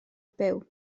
byw